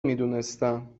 میدونستم